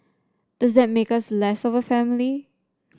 does that make us less of a family